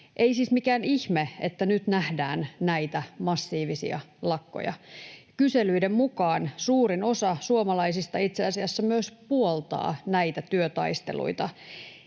ole siis mikään ihme, että nyt nähdään näitä massiivisia lakkoja. Kyselyiden mukaan suurin osa suomalaisista itse asiassa myös puoltaa näitä työtaisteluita.